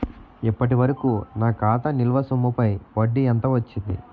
ఇప్పటి వరకూ నా ఖాతా నిల్వ సొమ్ముపై వడ్డీ ఎంత వచ్చింది?